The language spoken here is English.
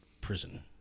prison